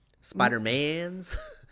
Spider-Man's